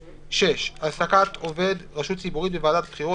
6. העסקת עובד ברשות ציבורית בוועדת בחירות